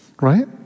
right